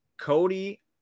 Cody